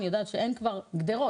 אני יודעת שאין כבר גדרות,